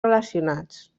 relacionats